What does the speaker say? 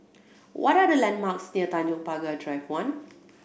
what are the landmarks near Tanjong Pagar Drive One